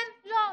כן, לא.